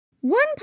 One